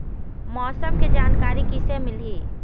मौसम के जानकारी किसे मिलही?